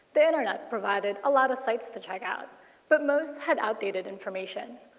the internet provideed a lot of sites to check out but most had outdated information.